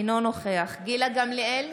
אינו נוכח גילה גמליאל,